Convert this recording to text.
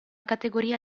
categoria